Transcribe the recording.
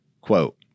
quote